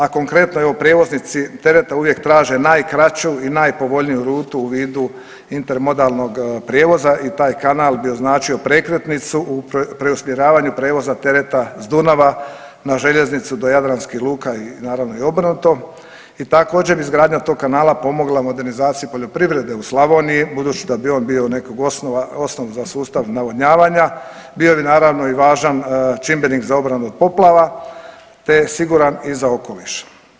A konkretno, evo prijevoznici tereta uvijek traže najkraću i najpovoljniju rutu u vidu intermodalnog prijevoza i taj kanal bi označio prekretnicu u preusmjeravanju prijevoza tereta s Dunava na željeznicu do jadranskih luka i naravno obrnuto i također izgradnja tog kanala pomogla modernizaciji poljoprivrede u Slavoniji budući da bi on bio neki osnov za sustav navodnjavanja, bio bi naravno i važan čimbenik za obranu od poplava, te siguran i za okoliš.